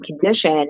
condition